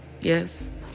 Yes